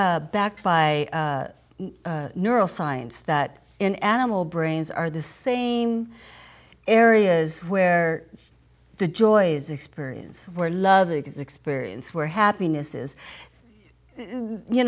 is backed by neural science that in animal brains are the same areas where the joys experience where love is experience where happiness is you